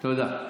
תודה.